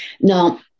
Now